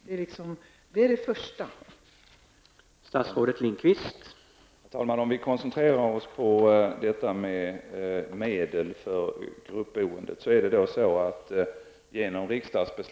Det är det första steget.